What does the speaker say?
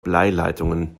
bleileitungen